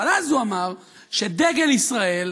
אבל אז הוא אמר, שדגל ישראל,